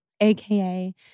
aka